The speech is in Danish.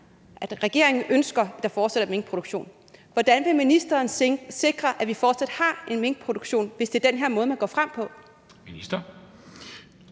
at regeringen ønsker, at der fortsat er minkproduktion. Hvordan vil ministeren sikre, at vi fortsat har en minkproduktion, hvis det er den her måde, man går frem på? Kl.